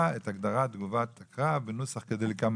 את ההגדרה של תגובת קרב בנוסח כדלקמן: